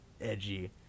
edgy